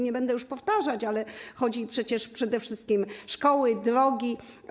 Nie będę powtarzać, ale chodzi przecież przede wszystkim o szkoły i drogi.